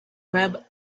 web